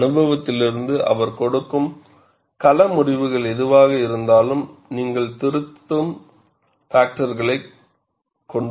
அனுபவத்திலிருந்து அவர்கள் கொடுக்கும் கள முடிவுகள் எதுவாக இருந்தாலும் நீங்கள் திருத்தும் பாக்டர்களைக் கொண்டுவருகிறீர்கள்